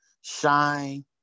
shine